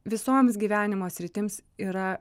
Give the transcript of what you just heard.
visoms gyvenimo sritims yra